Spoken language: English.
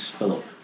Philip